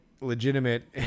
legitimate